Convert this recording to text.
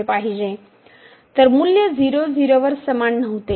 तर मूल्य 0 0 वर समान नव्हते